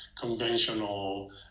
conventional